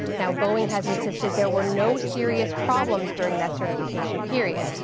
now, boeing has insisted there were no serious problems during that certification period.